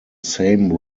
same